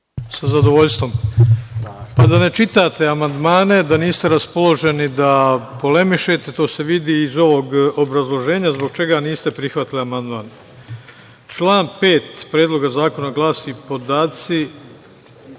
Sa zadovoljstvom. Pa da ne čitate amandmane da niste raspoloženi da polemišete to se vidi iz ovog obrazloženja zbog čega niste prihvatili amandman. Član 5. Predloga zakona glasi – podaci